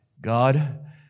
God